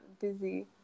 busy